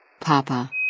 Papa